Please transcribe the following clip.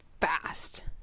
fast